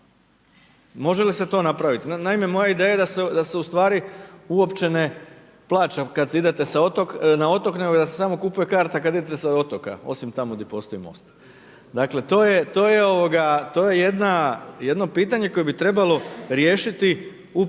Može li se to napraviti? Naime moja je ideja, da se ustvari uopće ne plaća, kada idete na otok, nego da se samo kupuje karta kada idete sa otoka, osim tamo gdje postoji most. Dakle, to je jedno pitanje, koje bi trebalo riješiti u ovim